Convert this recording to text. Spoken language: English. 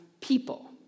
people